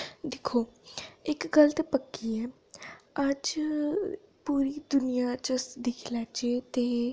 दिक्खो इक गल्ल ते पक्की ऐ अज्ज पूरी दुनिया च अस दिक्खी लैह्चे ते